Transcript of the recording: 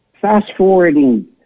fast-forwarding